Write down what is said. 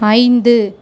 ஐந்து